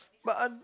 but are